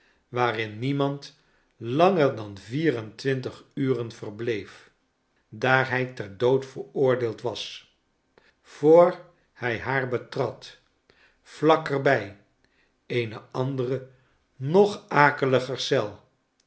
waarin niemand langer dan vier en twintig uren verbleef daar hij ter dood veroordeeld was voor hij haar betrad vlak er bij eene andere nog akeliger eel